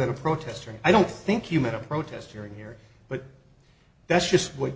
than a protester i don't think you made a protest here in here but that's just what